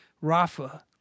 Rafa